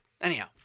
Anyhow